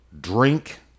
drink